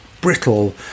brittle